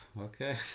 Okay